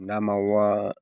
ना मावा